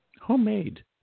homemade